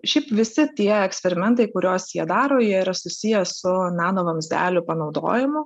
šiaip visi tie eksperimentai kuriuos jie daro jie yra susiję su nano vamzdelių panaudojimu